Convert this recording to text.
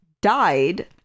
died